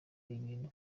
ibintu